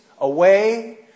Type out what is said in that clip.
away